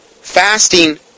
fasting